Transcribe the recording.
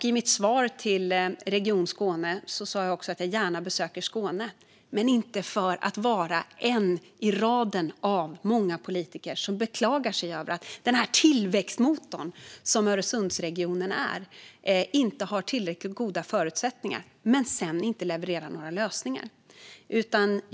I mitt svar till Region Skåne sa jag också att jag gärna besöker Skåne - men inte för att vara en i raden av politiker som beklagar sig över att den tillväxtmotor som Öresundsregionen är inte har tillräckligt goda förutsättningar men sedan inte levererar några lösningar.